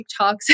TikToks